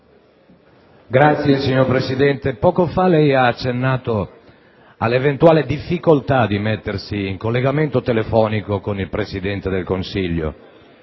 *(LNP)*. Signor Presidente, poco fa lei ha accennato all'eventuale difficoltà di mettersi in collegamento telefonico con il Presidente del Consiglio.